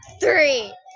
three